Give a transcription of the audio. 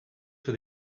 for